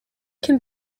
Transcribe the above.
can